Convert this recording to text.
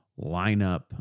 lineup